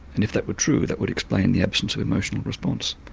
and if that were true that would explain the absence of emotional response.